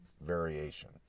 variation